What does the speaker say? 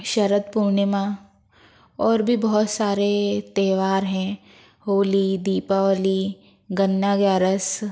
शरद पूर्णिमा और भी बहुत सारे त्यौहार हैं होली दीपावली गन्ना ग्यारस